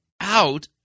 out